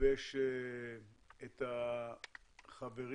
לגבש את החברים.